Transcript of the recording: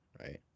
right